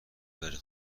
بره